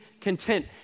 content